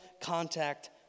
contact